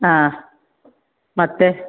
ಹಾಂ ಮತ್ತೆ